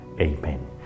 Amen